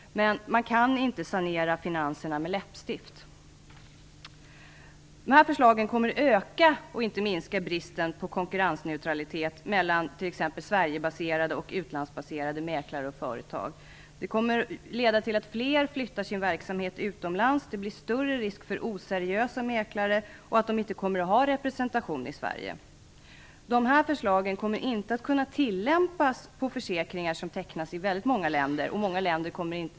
Men man kan inte sanera finanserna med läppstift. Dessa förslag kommer att öka och inte minska bristen på konkurrensneutralitet mellan t.ex. Sverigebaserade och utlandsbaserade mäklare och företag. Det kommer att leda till att fler flyttar sin verksamhet utomlands. Det blir större risk för oseriösa mäklare och för att de inte kommer att ha sin representation i Dessa förslag kommer inte att kunna tillämpas på försäkringar som tecknas i väldigt många länder.